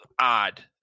odd